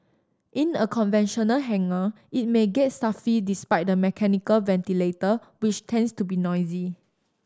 in a conventional hangar it may get stuffy despite the mechanical ventilator which tends to be noisy